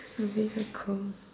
I'm really very cold